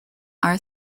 are